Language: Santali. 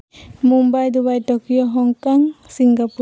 Mumbai Dubai Tokyo Hong Kong Singapore